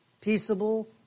peaceable